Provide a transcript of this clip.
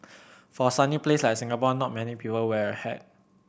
for a sunny place like Singapore not many people wear a hat